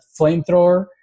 flamethrower